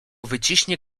wyciśnie